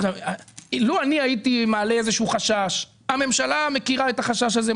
אילו אני הייתי מעלה איזשהו חשש הממשלה מכירה את החשש הזה,